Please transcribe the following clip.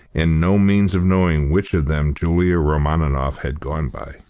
and no means of knowing which of them julia romaninov had gone by.